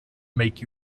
make